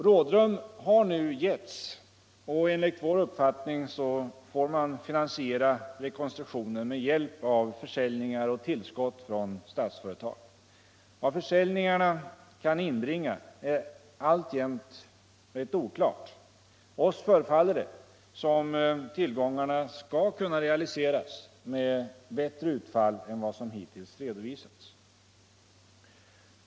Rådrum har nu getts, och enligt vår uppfattning får man finansiera rekonstruktionen med hjälp av försäljningar och tillskott från Statsföretag. Vad försäljningarna kan inbringa är alltjämt rätt oklart. Oss förefaller det som om tillgångarna skulle kunna realiseras med bättre utfall än vad som hittills redovisats.